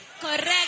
Correct